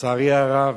לצערי הרב,